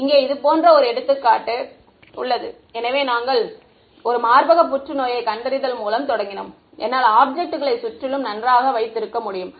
இங்கே இது போன்ற ஒரு எடுத்துக்காட்டு எனவே நாங்கள் 1 மார்பக புற்றுநோயைக் கண்டறிதல் மூலம் தொடங்கினோம் என்னால் ஆப்ஜெக்ட்டுகளை சுற்றிலும் நன்றாக வைத்து இருக்க முடியும்